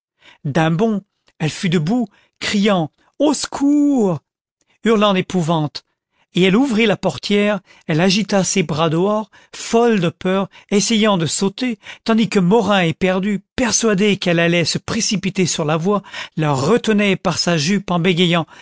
d'un bond elle fut debout criant au secours hurlant d'épouvante et elle ouvrit la portière elle agita ses bras dehors folle de peur essayant de sauter tandis que morin éperdu persuadé qu'elle allait se précipiter sur la voie la retenait par sa jupe en bégayant